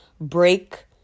break